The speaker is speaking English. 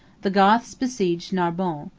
the goths besieged narbonne,